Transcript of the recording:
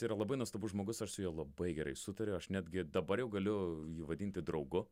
tai yra labai nuostabus žmogus aš su juo labai gerai sutariu aš netgi dabar jau galiu vadinti draugu